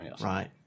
Right